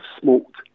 smoked